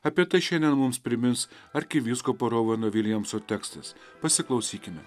apie tai šiandien mums primins arkivyskupo rovano viljamso tekstas pasiklausykime